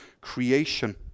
creation